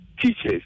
teachers